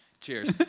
Cheers